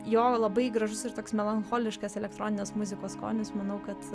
jo labai gražus ir toks melancholiškas elektroninės muzikos skonis manau kad